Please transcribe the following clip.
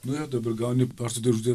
nu jo dabar gauni pašto dėžutę